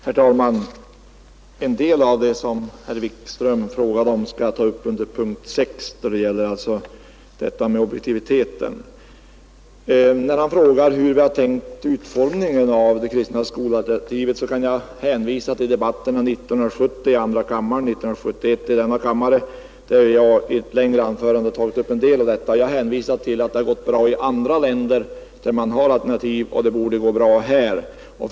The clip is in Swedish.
Herr talman! En del av det som herr Wikström frågade om, nämligen objektiviteten i religionsundervisningen, skall jag ta upp under punkten 6. Som svar på frågan hur vi har tänkt oss utformningen av det kristna skolalternativet kan jag hänvisa till debatter i andra kammaren 1970 och i denna kammare 1971. Vid det sistnämnda tillfället åberopade jag i ett längre anförande att det har gått bra i andra länder, där det finns alternativa skolor, och att det därför borde gå bra här också.